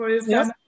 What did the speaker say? Yes